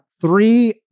three